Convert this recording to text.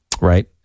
right